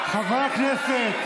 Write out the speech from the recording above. חברי הכנסת,